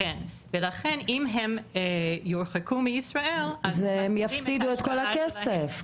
ולכן אם הם יורחקו מישראל --- הם יפסידו את כל הכסף.